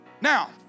Now